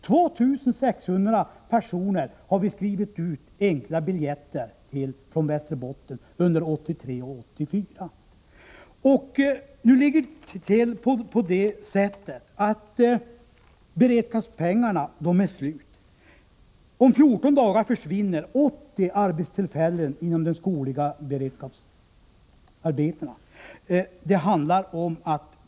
Under 1983 och 1984 har vi skrivit ut enkelbiljetter från Västerbotten för 2 600 personer. Beredskapspengarna är slut. Om 14 dagar försvinner 80 arbetstillfällen när det gäller skogliga beredskapsarbeten.